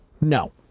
no